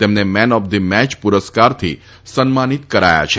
તેમને man of the may પુરસ્કારથી સન્માનીત કરાયા છે